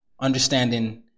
understanding